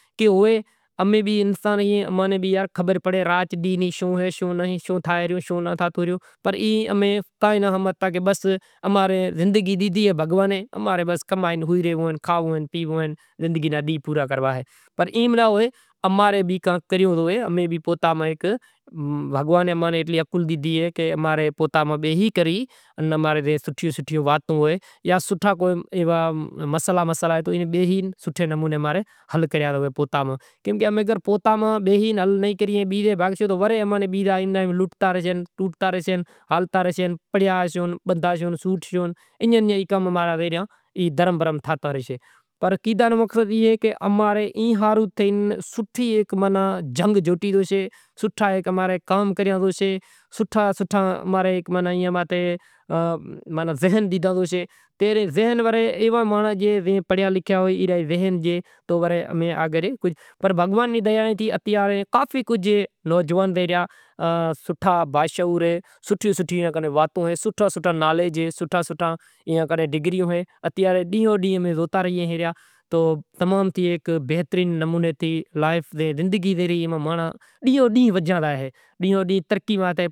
پر نصعباں نی بھی وات ہوسے بھگوان کرشے کہ کامیاب تھاسوں پر اینے بیہاری کرے ایم نائیں کہ یار باپو زاوتو ریو امیں ہوے نیں کراں۔ پسے روٹلو گھڑاں کوئی فون آوی زائے تو فون ماتھے وات کراں تو کوئی کام واڑا آوی زائیں تو کام واڑاں نیں روٹلو ڈیئاں ورے رات پڑے وری ہوئی راں وری دہاڑو اوگے تو شاگ کراں بھینڈیاں نو کراں کوئی گوبی نو کراں دہاڑو اوگے وری چانہیں ناشتو کراں کوئی مٹر لاوے کوئی ڈونگری لاوے کراں پٹاٹا منگاشاں وڑی ایئاں نے دھوئاں وڑی شیلی واڈھاں وری دھوئاں وری ڈونگری مانگاواں وری واڈھاں دیگڑی بیگڑی دھوئی پانڑی بھری تیل ریڑہاں تیل ریڑہی وری تیک پکو کری ڈونگری راکھاں پسے وڑی پٹاٹا راکھاں وری پٹاٹا راکھے وڑی تھوڑو پانڑی ریڑہاں وری ڈھاکی راکھاں وری سڑے بئے ترن چکر پانڑی ریڑہاں وڑی چماٹاں